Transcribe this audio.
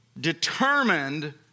determined